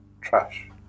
trash